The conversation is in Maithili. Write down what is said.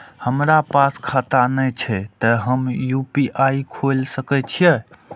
हमरा पास खाता ने छे ते हम यू.पी.आई खोल सके छिए?